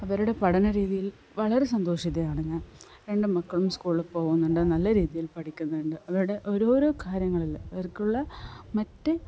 അവരുടെ പഠന രീതിയിൽ വളരെ സന്തോഷവതിയാണ് ഞാൻ രണ്ടു മക്കളും സ്കൂളിൽ പോകുന്നുണ്ട് നല്ല രീതിയിൽ പഠിക്കുന്നുണ്ട് അവരുടെ ഓരോരോ കാര്യങ്ങളിൽ അവർക്കുള്ള മറ്റ്